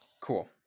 cool